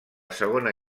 segona